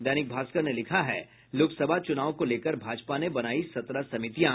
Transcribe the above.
दैनिक भास्कर ने लिखा है लोकसभा चुनाव को लेकर भाजपा ने बनायी सत्रह समितियां